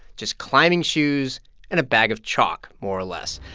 just climbing shoes and a bag of chalk, more or less.